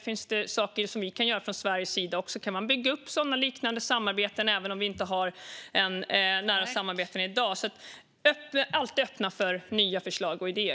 Finns det något som Sverige kan göra? Kan vi bygga upp liknande samarbeten även om vi inte har sådana i dag? Vi är alltid öppna för nya förslag och idéer.